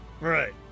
right